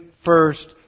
first